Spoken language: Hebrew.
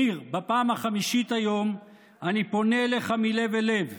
ניר, בפעם החמישית היום אני פונה אליך מלב אל לב,